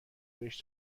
بهش